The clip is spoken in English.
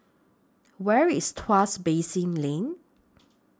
Where IS Tuas Basin Lane